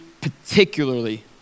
particularly